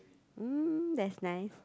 mm that's nice